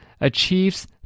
achieves